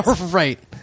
right